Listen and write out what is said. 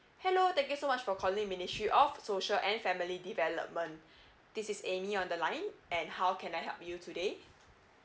hello thank you so much for calling ministry of social and family development this is amy on the line and how can I help you today